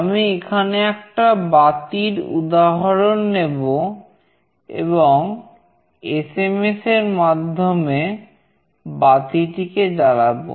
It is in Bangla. আমি এখানে একটা বাতির উদাহরণ নেব এবং এসএমএস র মাধ্যমে বাতিটিকে জ্বালাবো